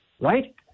right